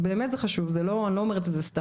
באמת זה חשוב, אני לא אומרת את זה סתם.